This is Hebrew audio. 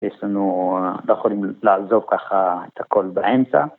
יש לנו, לא יכולים לעזוב ככה את הכל באמצע.